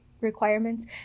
requirements